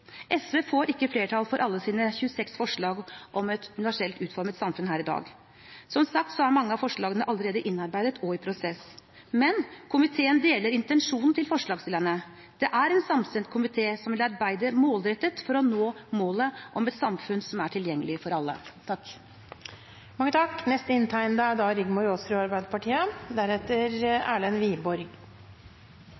SV får ikke flertall for alle sine 26 forslag om et universelt utformet samfunn her i dag. Som sagt er mange av forslagene allerede innarbeidet og i prosess. Men komiteen deler intensjonen til forslagsstillerne, og det er en samstemt komité som vil arbeide målrettet for å nå målet om et samfunn som er tilgjengelig for alle. Ofte hører vi følgende fra posisjonen når det er